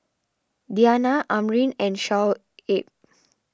Diyana Amrin and Shoaib